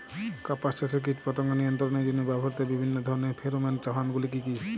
কাপাস চাষে কীটপতঙ্গ নিয়ন্ত্রণের জন্য ব্যবহৃত বিভিন্ন ধরণের ফেরোমোন ফাঁদ গুলি কী?